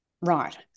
right